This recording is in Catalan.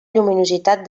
lluminositat